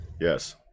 Yes